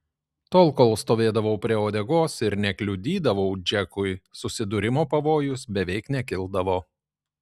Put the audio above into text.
tol kol stovėdavau prie uodegos ir nekliudydavau džekui susidūrimo pavojus beveik nekildavo